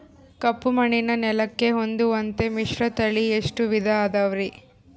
ಕಪ್ಪುಮಣ್ಣಿನ ನೆಲಕ್ಕೆ ಹೊಂದುವಂಥ ಮಿಶ್ರತಳಿ ಎಷ್ಟು ವಿಧ ಅದವರಿ?